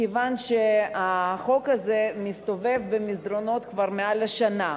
מכיוון שהחוק הזה מסתובב במסדרונות כבר מעל שנה.